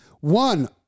One